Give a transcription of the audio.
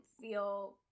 feel